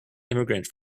immigrant